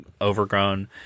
overgrown